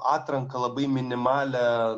atranką labai minimalią